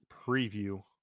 preview